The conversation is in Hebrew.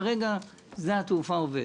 כרגע שדה התעופה עובד,